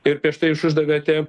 ir prieš tai jūs uždavėte